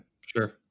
Sure